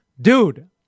Dude